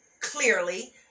clearly